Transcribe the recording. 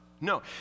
No